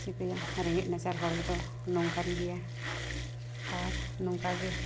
ᱪᱤᱠᱟᱹᱭᱟᱢ ᱨᱮᱸᱜᱮᱡ ᱱᱟᱪᱟᱨ ᱦᱚᱲ ᱫᱚ ᱱᱚᱝᱠᱟᱱ ᱜᱮᱭᱟ ᱟᱨ ᱱᱚᱝᱠᱟᱜᱮ